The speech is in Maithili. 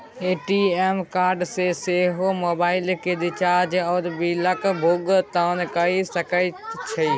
ए.टी.एम कार्ड सँ सेहो मोबाइलक रिचार्ज आ बिलक भुगतान कए सकैत छी